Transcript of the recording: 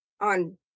on